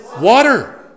Water